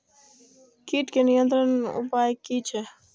कीटके नियंत्रण उपाय कि छै?